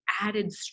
added